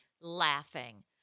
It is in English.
laughing